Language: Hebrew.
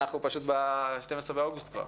אנחנו ב-12 באוגוסט כבר.